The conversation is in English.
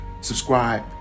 subscribe